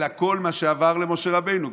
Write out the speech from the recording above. אלא כל מה שעבר למשה רבנו.